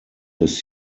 his